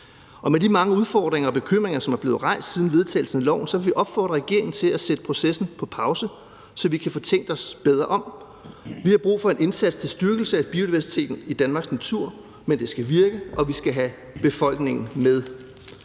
Og med de mange udfordringer og bekymringer, som er blevet rejst siden vedtagelsen af loven, vil vi opfordre regeringen til at sætte processen på pause, så vi kan få tænkt os bedre om. Vi har brug for en indsats til styrkelse af biodiversiteten i Danmarks natur, men det skal virke, og vi skal have befolkningen med.